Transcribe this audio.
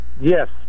Yes